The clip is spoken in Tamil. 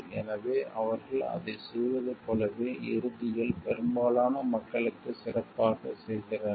எனவே அவர்கள் அதைச் செய்வது போலவே இறுதியில் பெரும்பாலான மக்களுக்குச் சிறப்பாகச் செய்கிறார்கள்